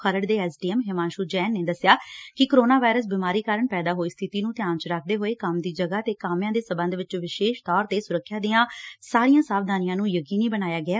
ਖਰੜ ਦੇ ਐਸਡੀਐਮ ਹਿਮਾਂਸੂ ਜੈਨ ਨੇ ਦੱਸਿਆ ਕਿ ਕੋਰੋਨਾ ਵਾਇਰਸ ਬਿਮਾਰੀ ਕਾਰਨ ਪੈਦਾ ਹੋਈ ਸਬਿਤੀ ਨੂੰ ਧਿਆਨ ਵਿਚ ਰੱਖਦੇ ਹੋਏ ਕੰਮ ਦੀ ਜਗੂਾ 'ਤੇ ਕਾਮਿਆਂ ਦੇ ਸੰਬੰਧ ਵਿਚ ਵਿਸ਼ੇਸ਼ ਤੌਰ 'ਤੇ ਸੁਰੱਖਿਆ ਦੀਆਂ ਸਾਰੀਆਂ ਸਾਵਧਾਨੀਆਂ ਨੂੰ ਯਕੀਨੀ ਬਣਾਇਆ ਗਿਆ ਹੈ